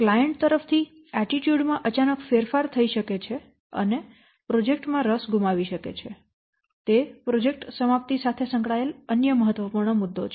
client તરફથી attitude માં અચાનક ફેરફાર થઈ શકે છે અને પ્રોજેક્ટ માં રસ ગુમાવી શકે છે તે પ્રોજેક્ટ સમાપ્તિ સાથે સંકળાયેલ અન્ય મહત્વપૂર્ણ મુદ્દો છે